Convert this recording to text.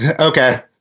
Okay